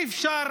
אי-אפשר